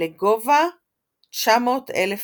לגובה 90000 רגל.